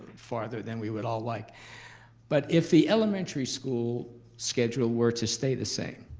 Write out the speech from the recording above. farther than we would all like. but if the elementary school schedule were to stay the same,